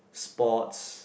sports